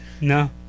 No